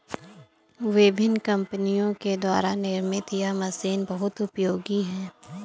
विभिन्न कम्पनियों के द्वारा निर्मित यह मशीन बहुत उपयोगी है